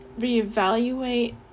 reevaluate